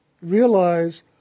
realize